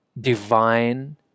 divine